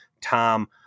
Tom